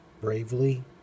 bravely